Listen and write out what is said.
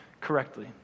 correctly